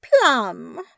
Plum